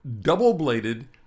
double-bladed